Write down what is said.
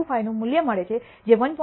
25 નું મૂલ્ય મળે છે જે 1